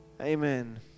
amen